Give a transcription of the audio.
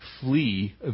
Flee